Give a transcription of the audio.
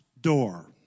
door